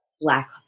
Black